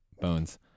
bones